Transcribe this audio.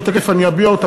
שתכף אני אביע אותה,